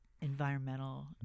environmental